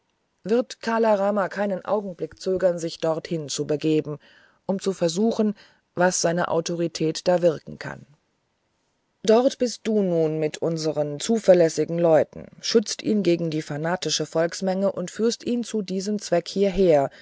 wird kala rama keinen augenblick zögern sich dorthin zu begeben um zu versuchen was seine autorität da wirken kann dort bist du nun mit mehreren unserer zuverlässigsten leute schützest ihn gegen die fanatische volksmenge und führst ihn zu diesem zwecke hierher